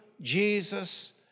Jesus